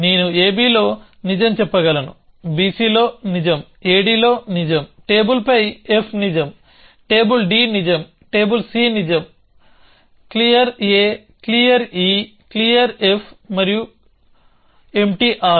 నేను abలో నిజం చెప్పగలను bcలో నిజం ad లో నిజం టేబుల్పై f నిజం టేబుల్ d నిజం టేబుల్ c నిజం clearclear clear మరియు ఎంప్టీ ఆర్మ్